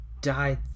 died